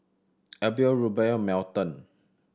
Abel Rubye and Melton